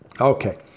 Okay